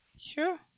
Sure